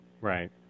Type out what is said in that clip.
Right